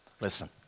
Listen